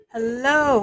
Hello